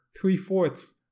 three-fourths